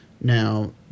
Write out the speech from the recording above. Now